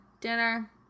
Dinner